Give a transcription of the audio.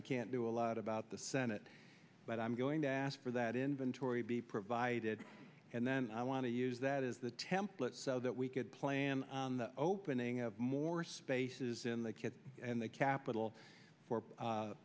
we can't do a lot about the senate but i'm going to ask for that inventory be provided and then i want to use that as the template so that we could plan the opening of more spaces in the kids and the capital for